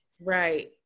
Right